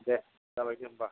दे जाबाय दे होमबा